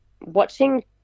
watching